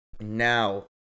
now